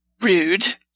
Rude